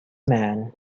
man